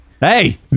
Hey